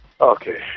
okay